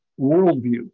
worldview